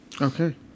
Okay